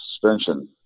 suspension